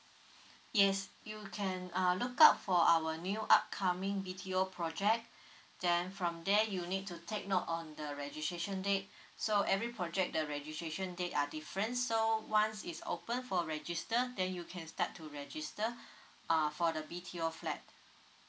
yes you can uh look out for our new upcoming B_T_O project then from there you need to take note on the registration date so every project the registration date are different so once it's open for register then you can start to register uh for the B_T_O flat